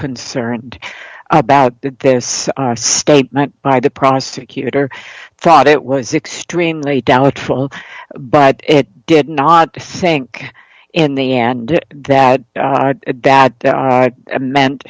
concerned about this statement by the prosecutor thought it was extremely doubtful but it did not think in the end that that meant